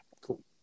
Cool